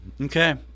Okay